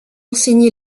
enseigné